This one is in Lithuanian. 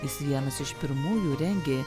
jis vienas iš pirmųjų rengė